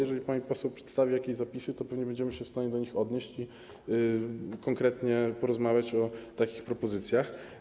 Jeżeli pani poseł przedstawi jakieś zapisy, to pewnie będziemy się w stanie do nich odnieść i konkretnie porozmawiać o takich propozycjach.